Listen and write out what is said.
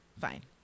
Fine